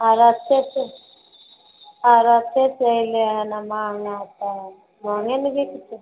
आ रस्ते से हाँ रस्ते से अइले हँ अनार लैक महँगे ने बिकतै